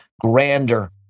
grander